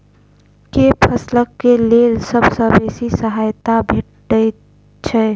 केँ फसल केँ लेल सबसँ बेसी सहायता भेटय छै?